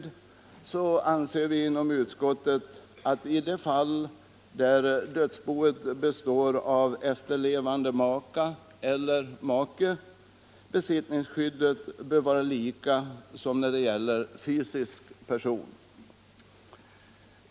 Utskottet anser att besittningsskyddet när det gäller dödsbo som består av efterlevande maka eller make bör vara detsamma som när det gäller fysisk person.